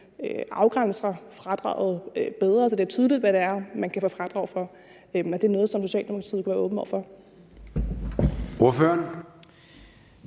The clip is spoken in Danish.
afgrænser fradraget bedre, så det bliver tydeligt, hvad det er, man kan få fradrag for. Er det noget, som Socialdemokratiet vil være åben over for? Kl.